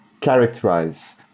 characterize